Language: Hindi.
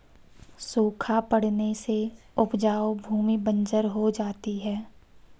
सूखा पड़ने से उपजाऊ भूमि बंजर हो जाती है